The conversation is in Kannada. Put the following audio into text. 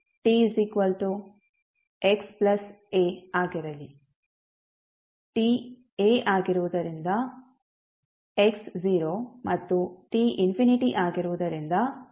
t → a ಆಗಿರುವುದರಿಂದ x → 0 ಮತ್ತು t →∞ ಆಗಿರುವುದರಿಂದ x →∞